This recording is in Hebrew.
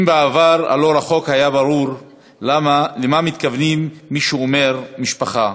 אם בעבר הלא-רחוק היה ברור למה מתכוון מי שאומר "משפחה",